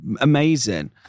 amazing